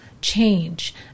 Change